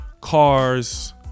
cars